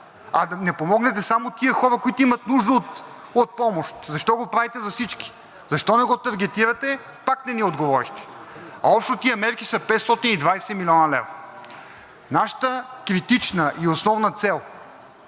а не подпомогнете само тези хора, които имат нужда от помощ? Защо го правите за всички? Защо не го таргетирате? Пак не ни отговорихте. Общо тези мерки са 520 млн. лв. Нашата критична и основна цел